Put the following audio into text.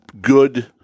good